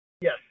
Yes